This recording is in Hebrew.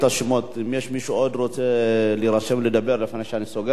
אם יש עוד מישהו שרוצה להירשם לדבר לפני שאני סוגר את הרשימה,